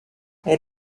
elle